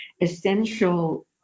essential